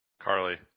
Carly